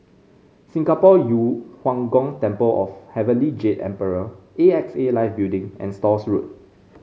Singapore Yu Huang Gong Temple of Heavenly Jade Emperor A X A Life Building and Stores Road